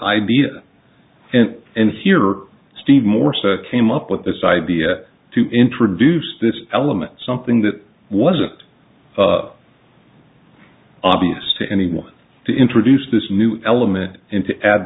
idea and and here steve morse came up with this idea to introduce this element something that wasn't obvious to anyone to introduce this new element in